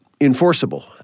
enforceable